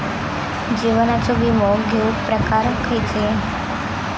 जीवनाचो विमो घेऊक प्रकार खैचे?